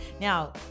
Now